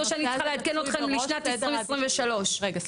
או שאני צריכה לעדכן אתכם לשנת 2023. רגע,